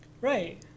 Right